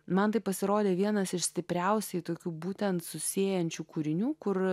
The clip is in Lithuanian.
man tai pasirodė vienas iš stipriausiai tokių būtent susiejančių kūrinių kur